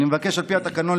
על פי התקנון,